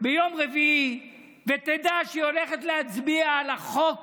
ביום רביעי ותדע שהיא הולכת להצביע על החוק